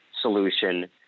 solution